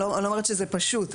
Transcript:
אני לא אומרת שזה פשוט,